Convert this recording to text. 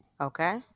Okay